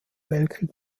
weltkrieg